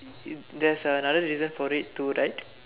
it there's another reason for it to right